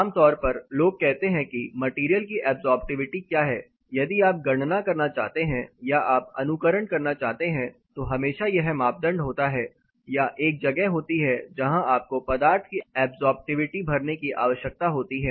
आमतौर पर लोग कहते हैं कि मैटीरियल की ऐब्सॉर्प्टिविटी क्या है या यदि आप गणना करना चाहते हैं या आप अनुकरण करना चाहते हैं तो हमेशा यह मापदंड होता है या एक जगह होती है जहां आपको पदार्थ की ऐब्सॉर्प्टिविटी भरने की आवश्यकता होती है